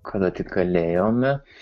kada tik galėjome